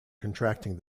contracting